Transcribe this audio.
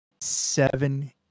seven